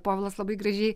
povilas labai gražiai